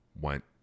went